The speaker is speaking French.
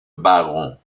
baron